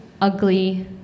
ugly